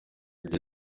ibyo